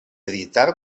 editar